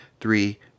three